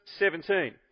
17